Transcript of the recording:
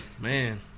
Man